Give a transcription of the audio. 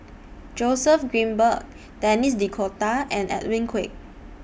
Joseph Grimberg Denis D'Cotta and Edwin Koek